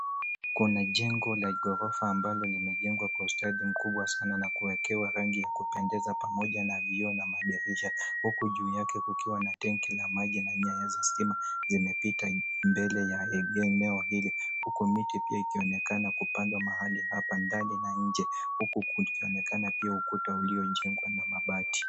Kuna jengo la ghorofa ambalo limejengwa kwa ustadi mkubwa sana na kuwekewa rangi ya kupendeza pamoja na vioo na madirisha huku juu yake kukiwa na tenki la maji na nyaya za stima zimepita mbele ya eneo hili huku miti pia ikionekana kupandwa mahali hapa ndani na nje huku ikionekana pia ukuta uliojengwa na mabati.